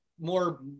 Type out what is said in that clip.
more